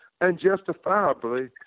unjustifiably